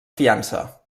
fiança